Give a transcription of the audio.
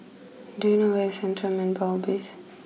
do you know where is Central Manpower base